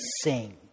sing